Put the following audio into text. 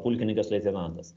pulkininkas leitenantas